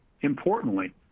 Importantly